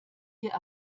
dir